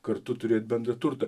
kartu turėt bendrą turtą